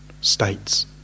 States